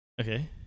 Okay